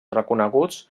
reconeguts